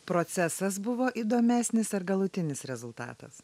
procesas buvo įdomesnis ar galutinis rezultatas